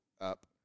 up